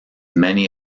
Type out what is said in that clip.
many